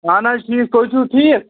اہَن حظ ٹھیٖک تُہۍ چھُو ٹھیٖک